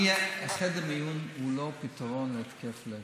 חדר מיון הוא לא פתרון להתקף לב,